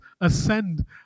ascend